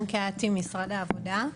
חן קהתי ממשרד העבודה.